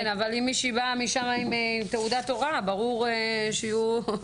אבל עם מישהי באה משם עם תעודת הוראה ברור שיהיו קשיים.